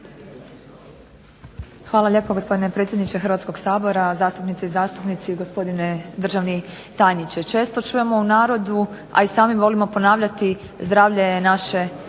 Hvala lijepo gospodine predsjedniče Hrvatskog sabora, zastupnice i zastupnici, gospodine državni tajniče. Često čujemo u narodu, a i sami volimo ponavljati zdravlje je